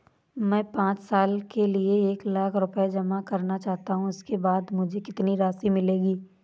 मैं पाँच साल के लिए एक लाख रूपए जमा करना चाहता हूँ इसके बाद मुझे कितनी राशि मिलेगी?